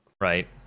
Right